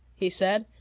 he said.